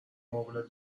مبلت